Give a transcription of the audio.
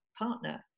Partner